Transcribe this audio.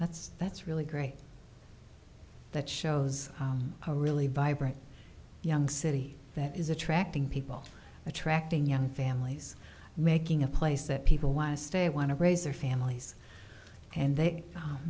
that's that's really great that shows a really vibrant young city that is attracting people attracting young families making a place that people want to stay want to raise their families and they